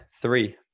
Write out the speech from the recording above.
three